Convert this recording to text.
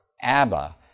Abba